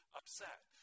upset